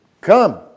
come